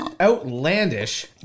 outlandish